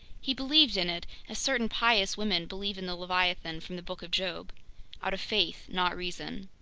he believed in it as certain pious women believe in the leviathan from the book of job out of faith, not reason.